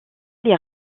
les